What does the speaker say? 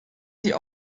sie